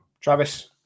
Travis